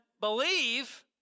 believe